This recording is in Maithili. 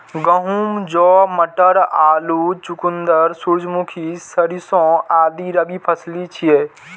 गहूम, जौ, मटर, आलू, चुकंदर, सूरजमुखी, सरिसों आदि रबी फसिल छियै